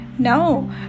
No